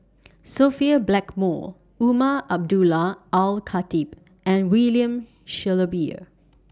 Sophia Blackmore Umar Abdullah Al Khatib and William Shellabear